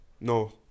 No